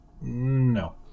No